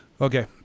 Okay